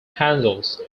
handles